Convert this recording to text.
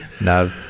No